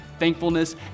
thankfulness